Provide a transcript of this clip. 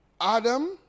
Adam